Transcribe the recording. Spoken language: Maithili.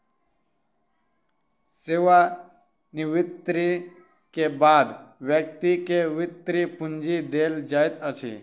सेवा निवृति के बाद व्यक्ति के वृति पूंजी देल जाइत अछि